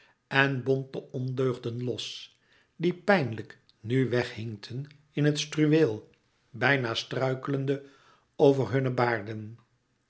en bond de ondeugden los die pijnlijk nu weg hinkten in het struweel bijna struikelende over hunne baarden